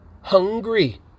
Hungry